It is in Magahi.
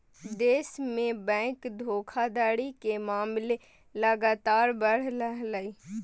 देश में बैंक धोखाधड़ी के मामले लगातार बढ़ रहलय